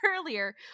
earlier